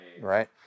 right